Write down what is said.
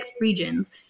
regions